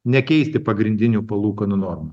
nekeisti pagrindinių palūkanų normų